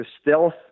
stealth